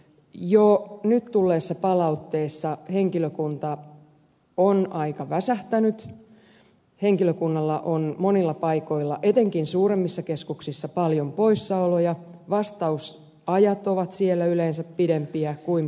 jo nyt tulleessa palautteessa henkilökunta on aika väsähtänyt henkilökunnalla on monilla paikoilla etenkin suuremmissa keskuksissa paljon poissaoloja vastausajat ovat siellä yleensä pidempiä kuin pienissä